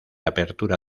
apertura